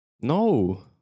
No